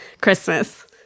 Christmas